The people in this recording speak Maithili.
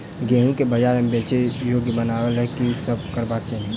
गेंहूँ केँ बजार मे बेचै योग्य बनाबय लेल की सब करबाक चाहि?